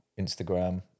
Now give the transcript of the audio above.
Instagram